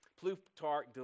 Plutarch